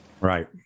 Right